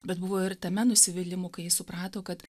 bet buvo ir tame nusivylimų kai jis suprato kad